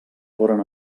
foren